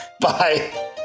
Bye